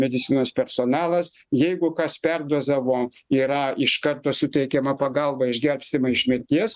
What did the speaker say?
medicinos personalas jeigu kas perdozavo yra iš karto suteikiama pagalba išgelbstima iš mirties